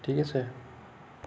ঠিক আছে